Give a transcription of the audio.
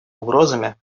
угрозами